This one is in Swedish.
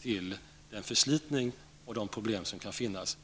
till den förslitning och de problem som kan finnas.